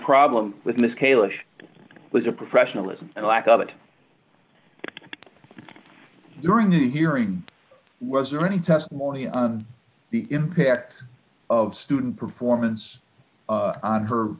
problem with miss kailash was a professionalism and lack of it during the hearing was there any testimony on the impact of student performance on her